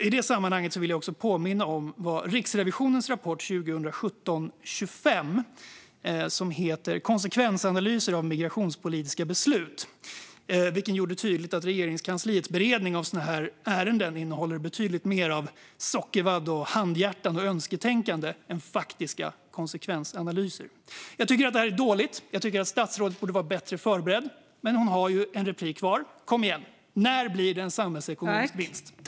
I det sammanhanget vill jag påminna om Riksrevisionens rapport 2017:25 Konsekvensanalyser inför migrationspolitiska beslut , vilken gör tydligt att Regeringskansliets beredning av sådana här ärenden innehåller betydligt mer av sockervadd, handhjärtan och önsketänkande än faktiska konsekvensanalyser. Jag tycker att det här är dåligt och att statsrådet borde vara bättre förberedd, men hon har ju ett inlägg kvar. Kom igen! När blir det en samhällsekonomisk vinst?